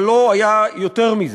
אבל לא היה יותר מזה,